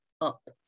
up